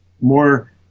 more